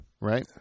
Right